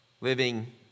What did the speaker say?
Living